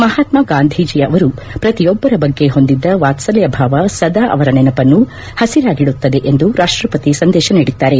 ಮಹಾತ್ಮ ಗಾಂಧೀಜಿ ಅವರು ಪ್ರತಿಯೊಬ್ಬರ ಬಗ್ಗೆ ಹೊಂದಿದ್ದ ವಾತ್ಸಲ್ಯಭಾವ ಸದಾ ಅವರ ನೆನಪನ್ನು ಹಸಿರಾಗಿದುತ್ತದೆ ಎಂದು ರಾಷ್ಟಪತಿ ಸಂದೇಶ ನೀಡಿದ್ದಾರೆ